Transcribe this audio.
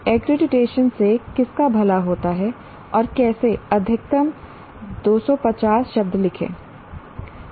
accreditation से किसका भला होता है और कैसे अधिकतम 250 शब्द लिखें